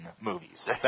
movies